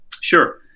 Sure